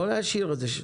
לא להשאיר את זה.